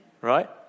Right